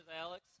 Alex